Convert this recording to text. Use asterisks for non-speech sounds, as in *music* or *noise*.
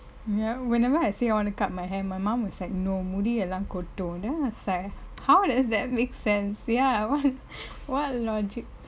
ya whenever I say I want to cut my hair my mum is like no முடியெல்லா கொட்டு:mudiyellaa kotdu then I was like how does that make sense ya what *laughs* what logic